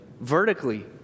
vertically